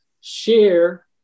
share